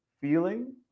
feeling